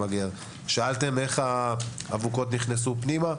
שאלתם איך האבוקות נכנסו פנימה.